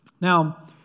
Now